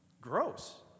gross